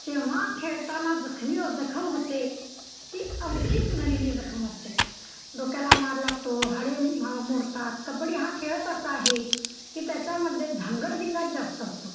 जेव्हा खेळताना जखमी जखम होते ती अवचित झालेली जखम असते डोक्याला मार लागतो हाडे म मोडतात कबड्डी हा खेळच असा आहे की त्याच्यामध्ये धांंगडधिंगाच जास्त असतो